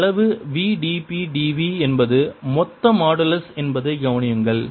இந்த அளவு v dp dv என்பது மொத்த மாடுலஸ் என்பதைக் கவனியுங்கள்